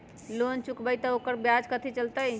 Loan चुकबई त ओकर ब्याज कथि चलतई?